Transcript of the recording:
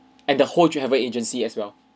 and the whole travel agency as well